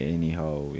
Anyhow